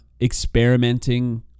experimenting